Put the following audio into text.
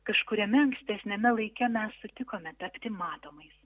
kažkuriame ankstesniame laike mes sutikome tapti matomais